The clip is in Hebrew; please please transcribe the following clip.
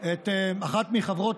את אחת מחברות